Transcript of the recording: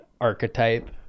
archetype